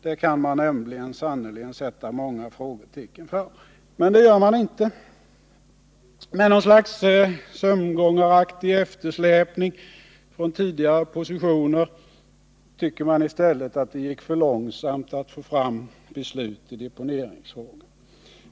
Det kan man nämligen sätta många frågetecken för. Men det gör man inte. Med något slags sömngångaraktig eftersläpning från tidigare positioner tycker man i stället att det gick för långsamt att få fram beslut i deponeringsfrågan.